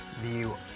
view